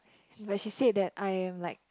but she said that I am like